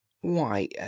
Why